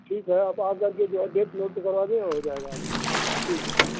ठीक है आप आ करके जो है डेट नोट करवाबें हो जाएगा आपका ठीक ठीक